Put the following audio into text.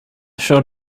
showed